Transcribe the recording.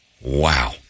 Wow